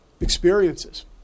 experiences